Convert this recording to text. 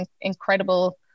incredible